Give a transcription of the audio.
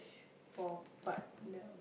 for a partner